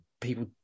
people